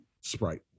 Sprite